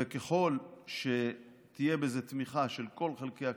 וככל שתהיה בזה תמיכה של כל חלקי הקואליציה,